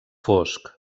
fosc